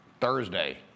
Thursday